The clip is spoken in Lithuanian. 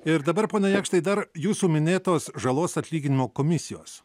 ir dabar pone jakštai dar jūsų minėtos žalos atlyginimo komisijos